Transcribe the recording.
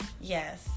yes